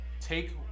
take